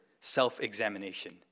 self-examination